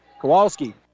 Kowalski